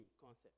concept